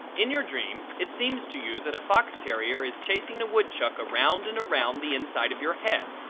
in your dream it seems to you that a fox terrier is chasing a woodchuck around and around the inside of your head.